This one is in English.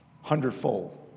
hundredfold